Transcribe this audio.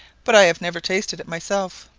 but i never tasted it myself.